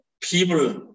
people